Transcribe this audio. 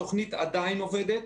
התוכנית עדיין עובדת,